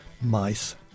Mice